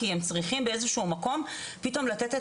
כי הם צריכים באיזה שהוא מקום פתאום לתת את